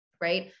right